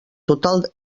total